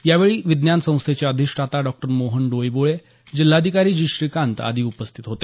यावेळी विज्ञान संस्थेचे अधिष्ठाता डॉ मोहन डोईबोळे जिल्हाधिकारी जी श्रीकांत आदि उपस्थित होते